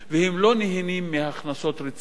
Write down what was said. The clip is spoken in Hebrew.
והם לא נהנים מהכנסות רציניות.